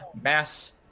Mass